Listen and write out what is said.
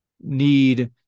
need